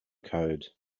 code